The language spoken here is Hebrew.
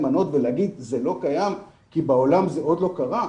מנות ולהגיד שזה לא קיים כי בעולם זה עוד לא קרה,